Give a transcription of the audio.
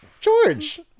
George